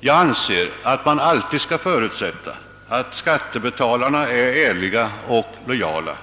Jag anser att man alltid skall förutsätta, att skattebetalarna är ärliga och lojala.